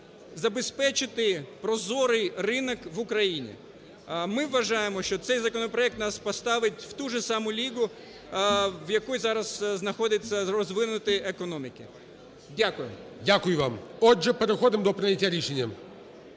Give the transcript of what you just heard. забезпечити прозорий ринок в Україні. Ми вважаємо, що цей законопроект нас поставить у ту ж саму лігу, в якій зараз знаходяться розвинуті економіки. Дякую. ГОЛОВУЮЧИЙ. Дякую вам. Отже, переходимо до прийняття рішення.